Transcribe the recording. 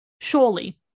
Surely